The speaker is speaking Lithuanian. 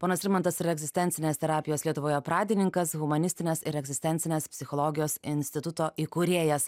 ponas rimantas yra egzistencinės terapijos lietuvoje pradininkas humanistinės ir egzistencinės psichologijos instituto įkūrėjas